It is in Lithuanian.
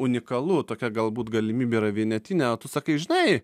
unikalu tokia galbūt galimybė yra vienetinė o tu sakai žinai